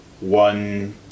one